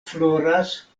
floras